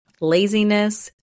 laziness